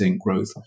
growth